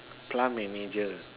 plant manager